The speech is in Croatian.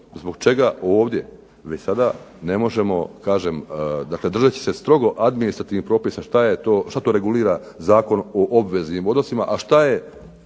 zbog čega ovdje već sada ne možemo, dakle držeći se strogo administrativnih propisa što to regulira Zakon o obveznim odnosima, a što je